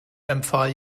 empfahl